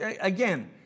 Again